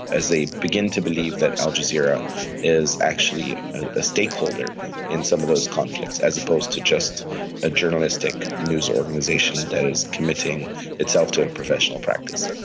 as they begin to believe that al jazeera is actually a stakeholder in some of those conflicts, as opposed to just a journalistic news organisation that is committing itself to a professional practice.